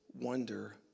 wonder